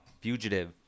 Fugitive